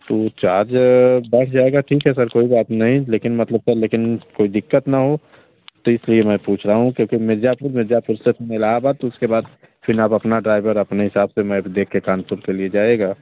तो चार्ज बैठ जाएगा ठीक है सर कोई बात नहीं लेकिन मतलब पर लेकिन कोई दिक़्क़त ना हो तो इसलिए मैं पूछ रहा हूँ क्योंकि मिर्ज़ापुर मिर्ज़ापुर से इलाहाबाद फिर उसके बाद फिर आप अपना ड्राईवर अपने हिसाब से मैप देख कर कानपुर के लिए जाएगा